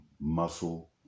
muscle